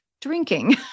drinking